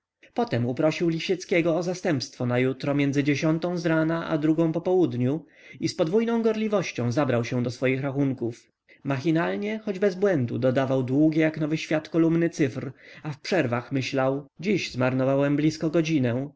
potem uprosił lisieckiego o zastępstwo na jutro między dziesiątą zrana a drugą po południu i z podwójną gorliwością zabrał się do swoich rachunków machinalnie choć bez błędu dodawał długie jak nowy świat kolumny cyfr a w przerwach myślał dzisiaj zmarnowałem blisko godzinę